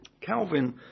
Calvin